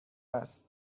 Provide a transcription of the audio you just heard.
است